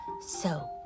So